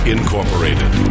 Incorporated